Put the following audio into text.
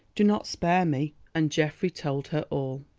do not spare me. and geoffrey told her all.